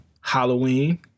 Halloween